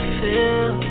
feel